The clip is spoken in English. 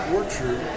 Orchard